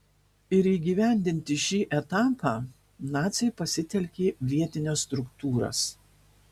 ir įgyvendinti šį etapą naciai pasitelkė vietines struktūras